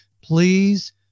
Please